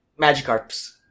Magikarps